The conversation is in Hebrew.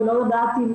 אני לא יודעת אם